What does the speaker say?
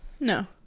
No